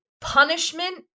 punishment